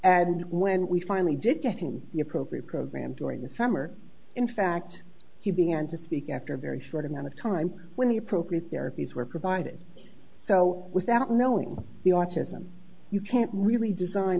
and when we finally did get him the appropriate program during the summer in fact he began to speak after a very short amount of time when the appropriate therapies were provided so without knowing the autism you can't really design